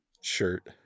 shirt